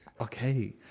Okay